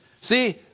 See